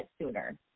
sooner